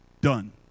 done